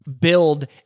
build